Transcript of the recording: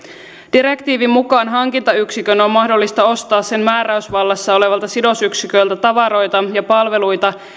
direktiivin mukaan hankintayksikön on mahdollista ostaa sen määräysvallassa olevalta sidosyksiköltä tavaroita ja palveluita